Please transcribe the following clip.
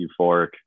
euphoric